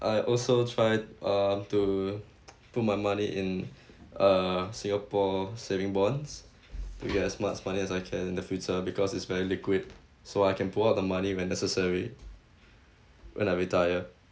I also try uh to put my money in uh singapore saving bonds to get as much money as I can in the future because it's very liquid so I can pull out the money when necessary when I retire